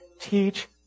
teach